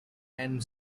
and